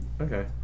Okay